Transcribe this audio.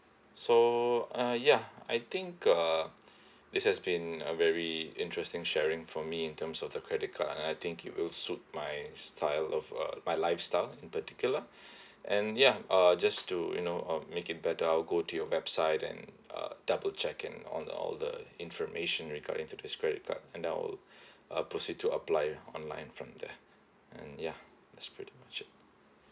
so uh ya I think uh this has been a very interesting sharing for me in terms of the credit card and I think it will suit my style of uh my lifestyle in particular and ya err just to you know uh make it better I'll go to your website and uh double check on on all the information regarding to this credit card and I will uh proceed to apply online from there and ya that's pretty much it